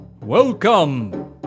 Welcome